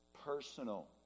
personal